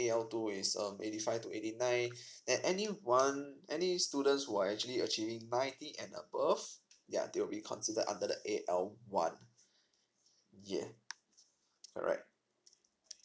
A_L two is um eighty five to eighty nine and any one any students who are actually achieving ninety and above yeah they would be consider under the A_L one yeah correct